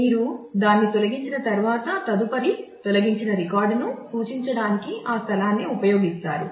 మీరు దాన్ని తొలగించిన తర్వాత తదుపరి తొలగించిన రికార్డును సూచించడానికి ఆ స్థలాన్ని ఉపయోగిస్తారు